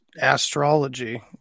astrology